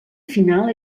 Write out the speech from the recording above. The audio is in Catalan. final